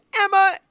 Emma